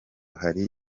hari